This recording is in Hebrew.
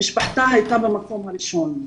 משפחתה הייתה במקום הראשון.